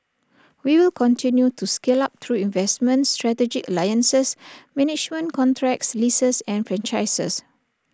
we will continue to scale up through investments strategic alliances management contracts leases and franchises